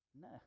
No